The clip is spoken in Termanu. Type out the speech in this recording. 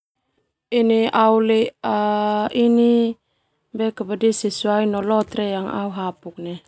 Au le sesuai no lotre yang au hapu.